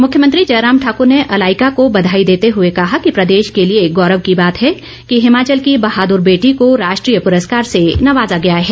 मुख्यमंत्री जयराम ठाक्र ने अलाइका को बधाई देते हुए कहा कि प्रदेश के लिए गौरव की बात है कि हिमाचल की बहादुर बेटी को राष्ट्रीय पुरस्कार से नवाजा गया है